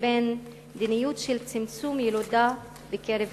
לבין מדיניות של צמצום ילודה בקרב האתיופים.